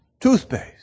Toothpaste